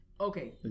okay